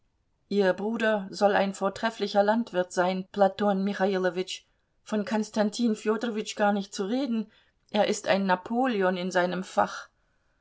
ihr bruder soll ein vortrefflicher landwirt sein platon michailowitsch von konstantin fjodorowitsch gar nicht zu reden er ist ein napoleon in seinem fach